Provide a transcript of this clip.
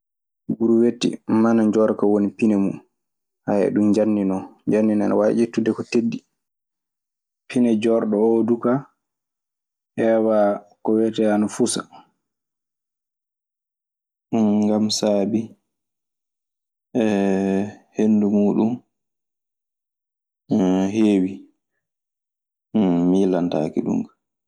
Buruwetti mana njorka woni pine mum, hay ɗum njamndi non. Njamndi nee ana waawi ettude ko teddi. Pine joorɗo oo duu kaa hewaa ko wiyetee ana fusa.